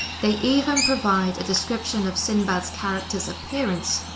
they even provide a description of sinbad's character's appearance,